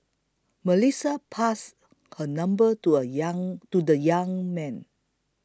Melissa passed her number to a young to the young man